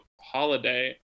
holiday